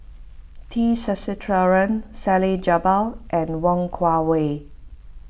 T Sasitharan Salleh Japar and Wong Kwei Cheong